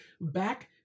back